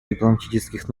дипломатических